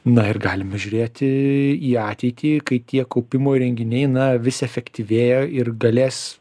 na ir galime žiūrėti į ateitį kai tie kaupimo įrenginiai na vis efektyvėja ir galės